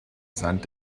sand